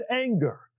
anger